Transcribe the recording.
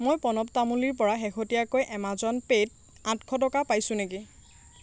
মই প্ৰণৱ তামূলীৰ পৰা শেহতীয়াকৈ এমাজন পে' ত আঠশ টকা পাইছোঁ নেকি